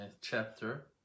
chapter